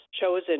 chosen